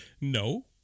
No